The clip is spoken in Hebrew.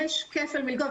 יש כפל מלגות,